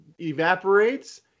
evaporates